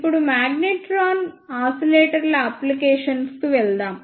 ఇప్పుడు మాగ్నెట్రాన్ ఆసిలేటర్ల అప్లికేషన్స్ కు వెళ్దాం